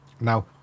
Now